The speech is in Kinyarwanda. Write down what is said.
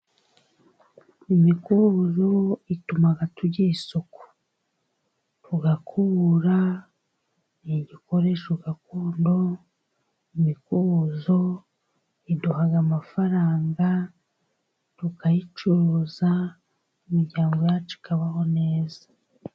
Imikubuzo ituma tugira isuku tugakubura. Ni igikoresho gakondo imikubuzo iduha amafaranga, tukayicuruza imiryango yacu ikabaho neza.